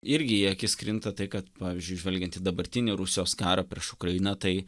irgi į akis krinta tai kad pavyzdžiui žvelgiant į dabartinį rusijos karą prieš ukrainą tai